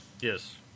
yes